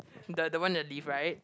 the the one in the lift right